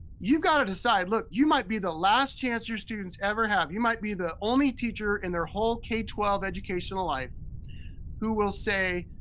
you've gotta decide, look, you might be the last chance your students ever have. you might be the only teacher in their whole k twelve educational life who will say,